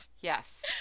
Yes